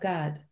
God